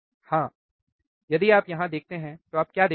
हाँ यदि आप यहाँ देखते हैं तो आप क्या देखते हैं